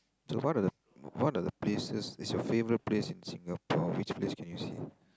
so what are the what are the places is your favourite place in Singapore which place can you see